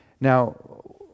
Now